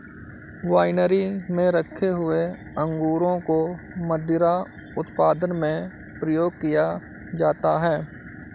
winery में रखे हुए अंगूरों को मदिरा उत्पादन में प्रयोग किया जाता है